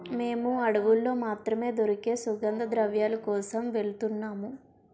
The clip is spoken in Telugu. మేము అడవుల్లో మాత్రమే దొరికే సుగంధద్రవ్యాల కోసం వెలుతున్నాము